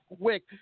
quick